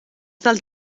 del